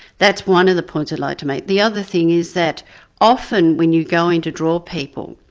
that's one of the points i'd like to make. the other thing is that often when you go in to draw people,